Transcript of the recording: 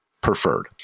preferred